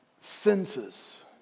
senses